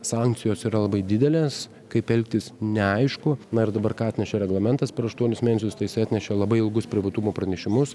sankcijos yra labai didelės kaip elgtis neaišku na ir dabar ką atnešė reglamentas per aštuonis mėnesius tai jisai atnešė labai ilgus privatumo pranešimus